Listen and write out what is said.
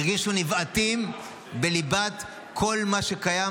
הם הרגישו נבעטים בליבת כל מה שקיים